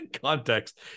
context